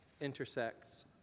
intersects